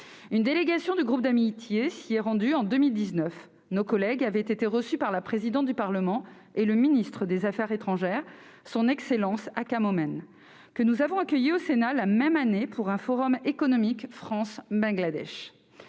Une délégation du groupe d'amitié s'y est rendue en 2019. Nos collègues avaient été reçus par la présidente du Parlement et le ministre des affaires étrangères, Son Excellence AK Momen, que nous avons accueilli au Sénat la même année pour un Forum économique France-Bangladesh.